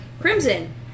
Crimson